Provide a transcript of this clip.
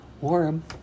warm